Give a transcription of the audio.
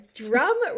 drum